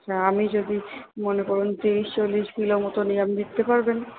আমি যদি মনে করুন তিরিশ চল্লিশ কিলো মতো নি দিতে পারবেন